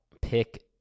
pick